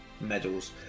medals